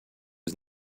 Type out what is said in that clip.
was